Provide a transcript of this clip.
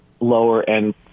lower-end